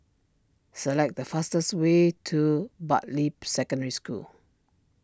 select the fastest way to Bartley Secondary School